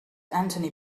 anthony